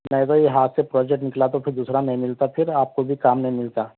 نہیں بھائی ہاتھ سے پروجیکٹ نکلا تو پھر دوسرا نہیں مِلتا پھر آپ کو بھی کام نہیں مِلتا